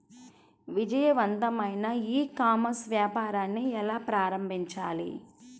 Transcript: విజయవంతమైన e commerce వ్యాపారాన్ని ఎలా ప్రారంభించాలి?